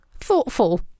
thoughtful